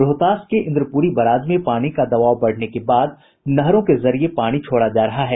रोहतास के इंद्रपुरी बराज में पानी का दबाव बढ़ने के बाद नहरों के जरिये पानी छोड़ा जा रहा है